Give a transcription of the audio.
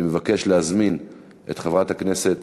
אני מבקש להזמין את חברת הכנסת